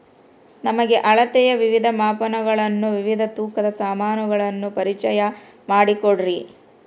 ನಮಗೆ ಅಳತೆಯ ವಿವಿಧ ಮಾಪನಗಳನ್ನು ವಿವಿಧ ತೂಕದ ಸಾಮಾನುಗಳನ್ನು ಪರಿಚಯ ಮಾಡಿಕೊಡ್ರಿ?